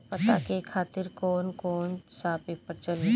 पता के खातिर कौन कौन सा पेपर चली?